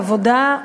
בעבודה,